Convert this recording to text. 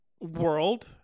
world